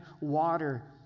water